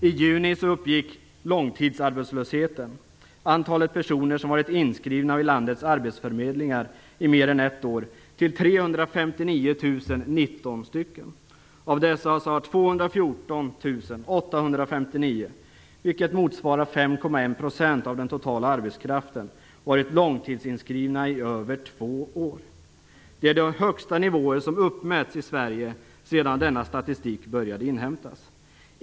I juni uppgick långtidsarbetslösheten - antalet personer som varit inskrivna vid landets arbetsförmedlingar i mer än ett år - till 359 019 stycken. Av dessa har 214 859, vilket motsvarar 5,1 % av den totala arbetskraften, varit långtidsinskrivna i över två år. Det är de högsta nivåer som uppmätts i Sverige sedan denna statistik började inhämtas.